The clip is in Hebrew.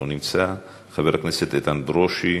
לא נמצא, חבר הכנסת איתן ברושי,